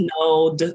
no